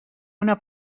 una